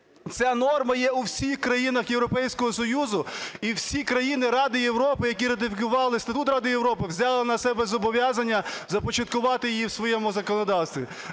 Ця норма є у всіх країнах Європейського Союзу, і всі країни Ради Європи, які ратифікували, статут Ради Європи взяли на себе зобов'язання започаткувати її у своєму законодавстві.